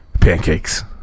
Pancakes